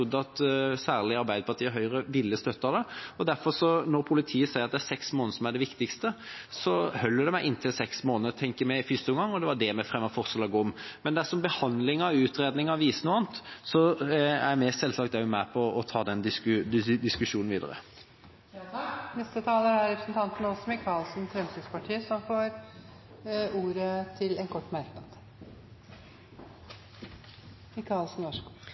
trodd at særlig Arbeiderpartiet og Høyre ville støtte det. Når politiet sier at det er seks måneder som er det viktigste, holder det med i «inntil seks måneder» i første omgang. Det var det vi fremmet forslag om. Men dersom behandlingen og utredningen viser noe annet, er vi selvsagt med på å ta den diskusjonen videre. Representanten Åse Michaelsen har hatt ordet to ganger tidligere og får ordet til en kort merknad,